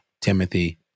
Timothy